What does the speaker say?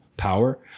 Power